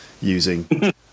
using